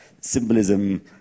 symbolism